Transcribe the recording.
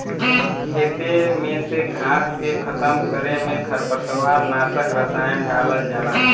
खेते में से घास के खतम करे में खरपतवार नाशक रसायन डालल जाला